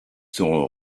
seront